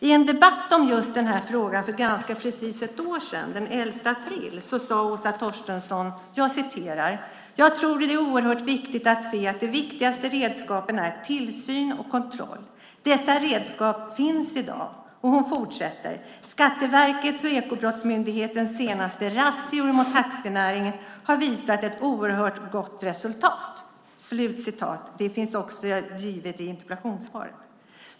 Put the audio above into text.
I en debatt om just den här frågan för ganska precis ett år sedan, den 11 april, sade Åsa Torstensson: "Jag tror att det är oerhört viktigt att se att de viktigaste redskapen är tillsyn och kontroll. Detta redskap finns i dag." Hon fortsatte: "Skatteverkets och Ekobrottsmyndighetens senaste razzior mot taxinäringen har visat ett oerhört gott resultat." Det finns också angivet i interpellationssvaret.